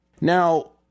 Now